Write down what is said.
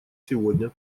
сегодня